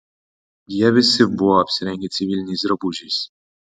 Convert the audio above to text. jie visi buvo apsirengę civiliniais drabužiais